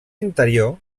interior